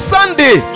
Sunday